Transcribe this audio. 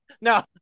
No